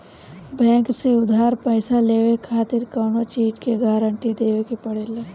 bank से उधार पईसा लेवे खातिर कवनो चीज के गारंटी देवे के पड़ेला